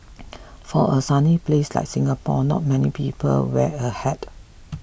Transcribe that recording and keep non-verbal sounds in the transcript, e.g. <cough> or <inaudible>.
<noise> for a sunny place like Singapore not many people wear a hat